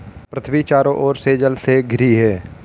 पृथ्वी चारों ओर से जल से घिरी है